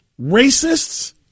racists